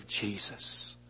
Jesus